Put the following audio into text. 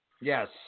Yes